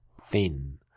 thin